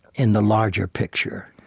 in the larger picture,